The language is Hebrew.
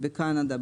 בקנדה,